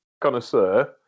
connoisseur